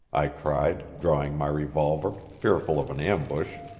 i cried, drawing my revolver, fearful of an ambush.